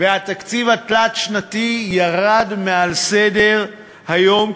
והתקציב התלת-שנתי ירד מסדר-היום,